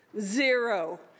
Zero